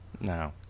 No